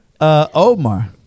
Omar